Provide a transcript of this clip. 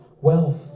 wealth